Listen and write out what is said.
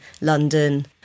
London